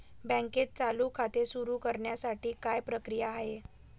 बँकेत चालू खाते सुरु करण्यासाठी काय प्रक्रिया आहे?